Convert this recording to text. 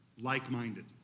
like-minded